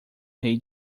rei